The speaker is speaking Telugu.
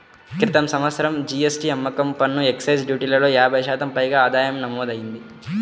క్రితం సంవత్సరం జీ.ఎస్.టీ, అమ్మకం పన్ను, ఎక్సైజ్ డ్యూటీలలో యాభై శాతం పైగా ఆదాయం నమోదయ్యింది